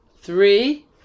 Three